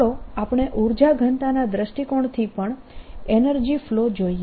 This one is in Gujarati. ચાલો આપણે ઉર્જા ઘનતાના દૃષ્ટિકોણથી પણ એનર્જી ફ્લો જોઈએ